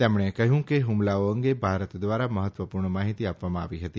તેમણે કહયું કે હુમલાઓ અંગે ભારત દ્વારા મહત્વપુર્ણ માહીતી આપવામાં આવી હતી